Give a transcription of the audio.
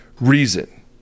reason